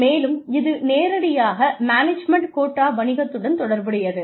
மேலும் இது நேரடியாக மேனேஜ்மெண்ட் கோட்டா வணிகத்துடன் தொடர்புடையது